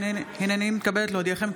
הינני מתכבדת להודיעכם,